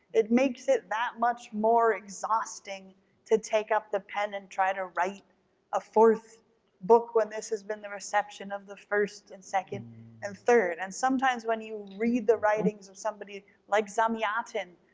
it makes it that much more exhausting to take up the pen and try to write a fourth book when this has been the reception of the first and second and third. and sometimes when you read the writings of somebody like zamyatin,